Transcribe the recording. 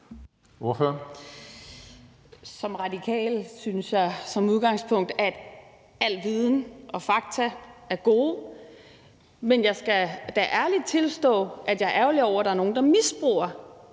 Som radikal synes jeg som udgangspunkt, at al viden og fakta er godt, men jeg skal da ærligt tilstå, at jeg er ærgerlig over, at der er nogle, der misbruger